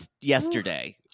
yesterday